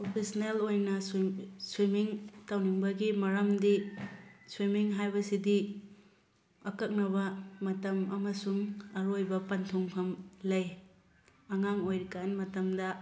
professional ꯑꯩꯏꯅ swimming ꯇꯧꯅꯤꯡꯕꯒꯤ ꯃꯔꯝꯗꯤ ꯁ꯭ꯋꯤꯃꯤꯡ ꯍꯥꯏꯕꯁꯤꯗꯤ ꯑꯀꯛꯅꯕ ꯃꯇꯝ ꯑꯃꯁꯨꯡ ꯑꯔꯣꯏꯕ ꯄꯟꯊꯨꯡꯐꯝ ꯂꯩ ꯑꯉꯥꯡ ꯑꯣꯏꯔꯤꯀꯥꯟ ꯃꯇꯝꯗ